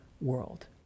world